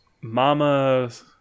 Mama's